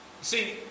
See